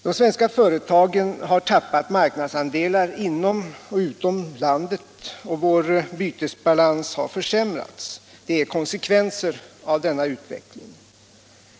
De svenska företagen har tappat marknadsandelar inom och utom landet, och vår bytesbalans har försämrats. Det är konsekvenser av denna utveckling.